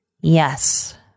yes